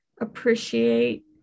appreciate